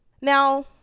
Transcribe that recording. Now